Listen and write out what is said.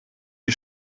wie